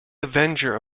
avenger